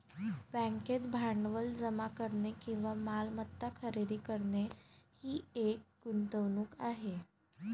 बँकेत भांडवल जमा करणे किंवा मालमत्ता खरेदी करणे ही एक गुंतवणूक आहे